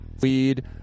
weed